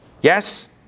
Yes